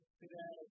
today